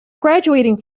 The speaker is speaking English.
graduating